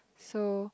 so